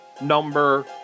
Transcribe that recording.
number